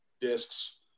discs